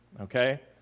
Okay